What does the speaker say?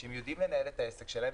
שהם יודעים לנהל את העסק שלהם.